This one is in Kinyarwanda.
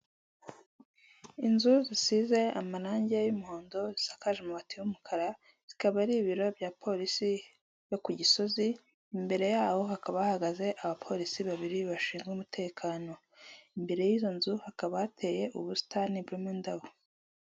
Inzu zisize amarangi y'umuhondo, zisakaje amabati y'umukara, zikaba ari ibiro bya polisi yo Kugisozi, imbere yaho hakaba hahagaze abapolisi babiri bashinzwe umutekano, imbere y'izo nzu hakaba hateye ubusitani burimo indabo.